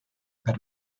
per